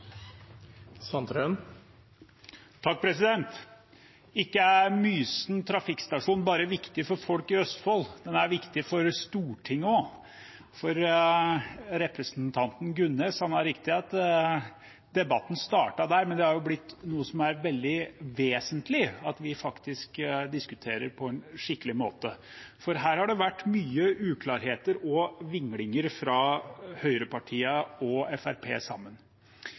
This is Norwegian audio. ikke bare viktig for folk i Østfold; den er viktig for Stortinget også. Representanten Gunnes har rett i at debatten startet der, men det har blitt noe som det er veldig vesentlig at vi diskuterer på en skikkelig måte. Her har det vært mye uklarhet og vingling fra høyrepartienes og